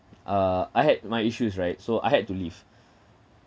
uh I had my issues right so I had to leave